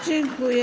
Dziękuję.